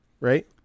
right